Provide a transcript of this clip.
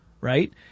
right